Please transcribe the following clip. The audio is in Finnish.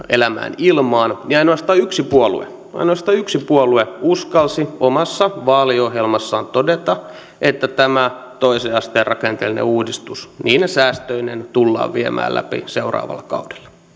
elämään ilmaan niin ainoastaan yksi puolue ainoastaan yksi puolue uskalsi omassa vaaliohjelmassaan todeta että tämä toisen asteen rakenteellinen uudistus niine säästöineen tullaan viemään läpi seuraavalla kaudella